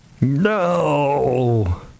No